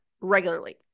regularly